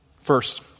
First